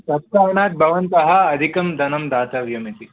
तत्कारणत् भवन्तः अधिकं धनं दातव्यम् इति